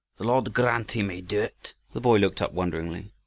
the lord grant he may do it. the boy looked up wonderingly.